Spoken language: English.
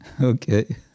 Okay